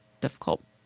difficult